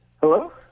Hello